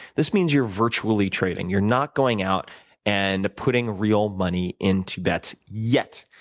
this means you're virtually trading. you're not going out and putting real money into bets, yet.